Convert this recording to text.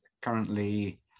currently